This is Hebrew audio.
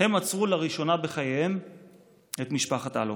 הם עצרו לראשונה בחייהם את משפחת אלוביץ'